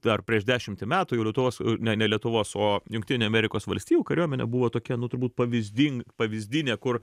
dar prieš dešimtį metų jau lietuvos ne ne lietuvos o jungtinių amerikos valstijų kariuomenė buvo tokia nu turbūt pavyzding pavyzdinė kur